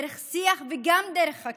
דרך שיח וגם דרך חקיקה,